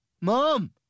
Mom